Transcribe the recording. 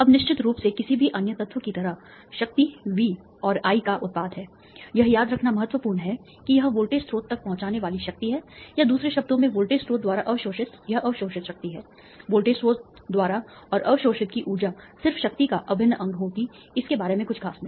अब निश्चित रूप से किसी भी अन्य तत्व की तरह शक्ति V और I का उत्पाद है यह याद रखना महत्वपूर्ण है कि यह वोल्टेज स्रोत तक पहुंचाने वाली शक्ति है या दूसरे शब्दों में वोल्टेज स्रोत द्वारा अवशोषित यह अवशोषित शक्ति है वोल्टेज स्रोत द्वारा और अवशोषित की ऊर्जा सिर्फ शक्ति का अभिन्न अंग होगी इसके बारे में कुछ खास नहीं